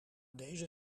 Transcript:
deze